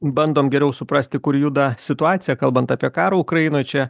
bandom geriau suprasti kur juda situacija kalbant apie karą ukrainoj čia